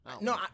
No